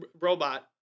robot